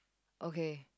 okay